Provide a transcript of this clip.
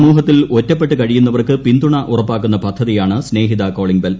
സമൂഹത്തിൽ ഒറ്റപെട്ടു കഴിയുന്നവർക്ക് പിന്തുണ ഉറപ്പാക്കുന്ന പദ്ധതിയാണ് സ്നേഹിത കോളിംഗ് ബെൽ